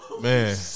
Man